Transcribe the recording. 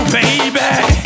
Baby